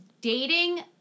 dating